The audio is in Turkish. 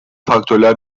faktörler